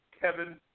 Kevin